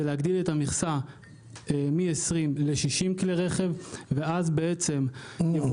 זה להגדיל את המכסה מ-20 ל-60 כלי רכב ואז יבואן